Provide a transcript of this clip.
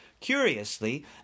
Curiously